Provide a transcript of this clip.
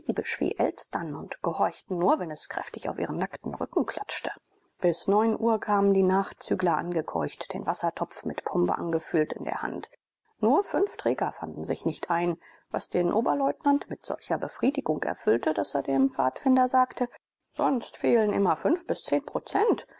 wie elstern und gehorchten nur wenn es kräftig auf ihren nackten rücken klatschte bis neun uhr kamen die nachzügler angekeucht den wassertopf mit pombe angefüllt in der hand nur fünf träger fanden sich nicht ein was den oberleutnant mit solcher befriedigung erfüllte daß er dem pfadfinder sagte sonst fehlten immer fünf bis zehn prozent